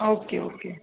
okay okay